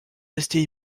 rester